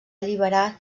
alliberar